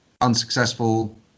unsuccessful